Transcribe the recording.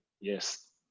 yes